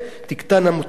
תקטן המוטיבציה,